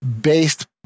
based